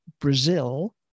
Brazil